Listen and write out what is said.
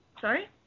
Sorry